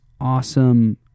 awesome